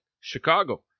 Chicago